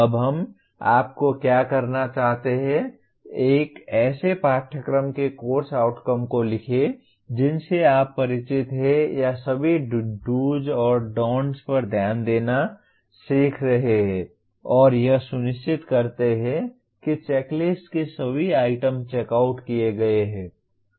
अब हम आपको क्या कराना चाहते हैं एक ऐसे पाठ्यक्रम के कोर्स आउटकम्स को लिखें जिनसे आप परिचित हैं या सभी do's और don'ts पर ध्यान देना सिखा रहे हैं और यह सुनिश्चित करते हैं कि चेकलिस्ट के सभी आइटम चेक आउट किए गए हैं